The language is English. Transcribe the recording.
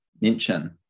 mention